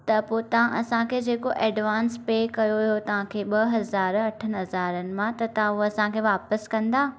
त पोइ तव्हां असांखे जेको एडवांस पे कयो हुओ तव्हांखे ॿ हज़ार अठ हज़ारनि मां त तव्हां उहा असांखे वापसि कंदा